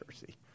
Jersey